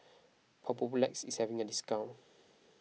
Papulex is having a discount